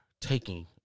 taking